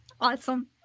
Awesome